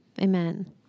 amen